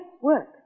work